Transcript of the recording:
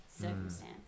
circumstance